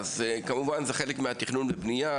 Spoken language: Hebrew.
כמובן שזהו חלק מהתכנון והבנייה.